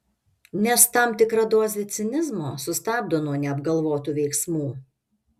nes tam tikra dozė cinizmo sustabdo nuo neapgalvotų veiksmų